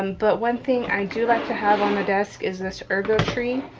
um but one thing i do like to have on the desk is this ergo tree.